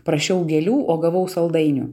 prašiau gėlių o gavau saldainių